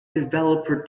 developer